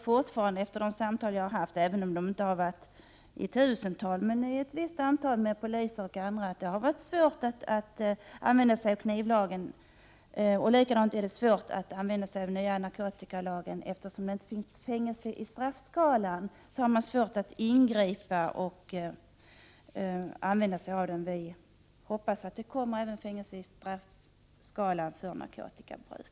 Fortfarande efter de samtal jag har haft med polisen och andra — det har inte varit samtal i tusental men ett visst antal — vill jag påstå att det har varit svårt att tillämpa knivlagen. Likadant är det svårt att tillämpa narkotikalagen. Eftersom fängelse inte finns i straffskalan är det svårt att ingripa. Vi hoppas att fängelse kommer att ingå i straffskalan narkotikabruk.